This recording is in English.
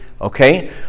Okay